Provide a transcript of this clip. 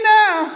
now